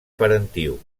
parentiu